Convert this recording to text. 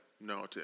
no